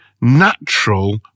natural